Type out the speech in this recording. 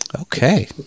Okay